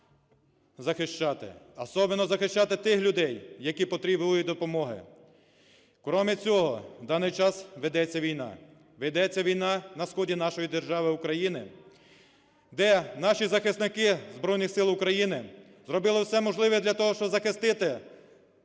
захищати, особенно захищати тих людей, які потребують допомоги. Крім цього, в даний час ведеться війна, ведеться війна на сході нашої держави України, де наші захисники Збройних Сил України зробили все можливе для того, щоб захистити